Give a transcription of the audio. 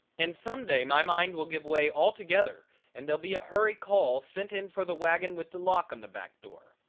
and some day my mind will give away altogether and there'll be a hurry call sent in for the wagon with the lock on the back door.